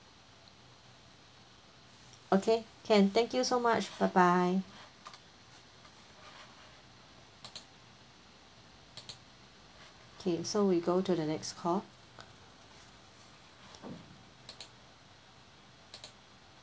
okay can thank you so much bye bye okay so we go to the next call